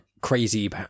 crazy